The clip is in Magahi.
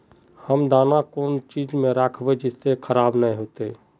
हम दाना कौन चीज में राखबे जिससे खराब नय होते?